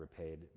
repaid